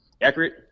accurate